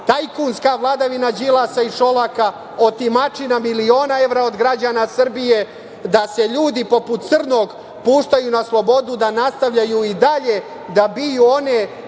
tajkunska vladavina Đilasa i Šolaka, otimačina miliona evra od građana Srbije, da se ljudi poput Crnog puštaju na slobodu, da nastavljaju i dalje da biju one